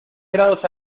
grados